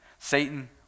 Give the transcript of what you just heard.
Satan